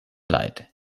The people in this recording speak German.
leid